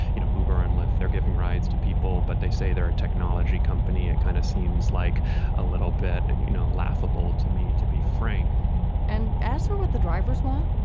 you know uber and lyft. they're giving rides to people but they say they're a technology company it kind of seems like a little bit and you know laughable to me to be frank and as for what the drivers want.